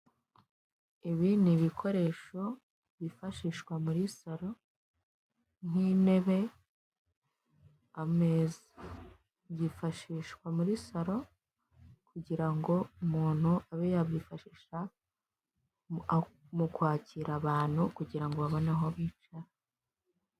Ibi ni ibikoresho byifashishwa muri salo nk'intebe, ameza. Byifashishwa muri salo kugirango umuntu abe yabyifashisha mu kwakira abantu kugirango babone aho bicara.